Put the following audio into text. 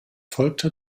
folgte